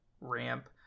ramp